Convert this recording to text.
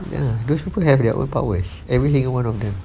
ya those people have their own powers every single one of them